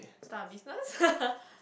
start a business